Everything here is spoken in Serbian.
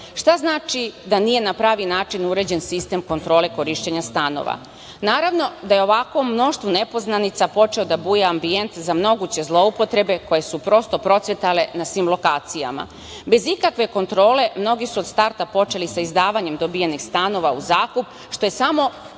Šta znači da nije na pravi način uređen sistem kontrole korišćenja stanova? Naravno da je u ovakvom mnoštvu nepoznanica počeo da buja ambijent za moguće zloupotrebe koje su prosto procvetale na svim lokacijama. Bez ikakve kontrole mnogi su od starta počeli sa izdavanjem dobijenih stanova u zakup, što je samo